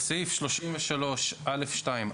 (1)בסעיף 33(א)(2),